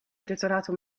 intitolato